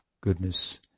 goodness